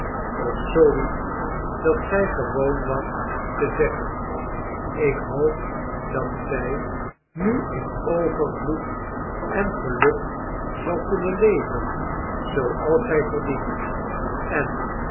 of zoo iets dat zij gewoon was te zeggen ik hoop dat zij nu in overvloed en geluk zal kunnen leven zooals zij verdient en